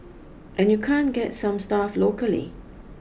and you can't get some stuff locally